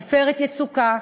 "עופרת יצוקה",